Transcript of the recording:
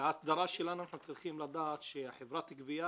בהסדרה שלנו אנחנו צריכים לדעת שחברת הגבייה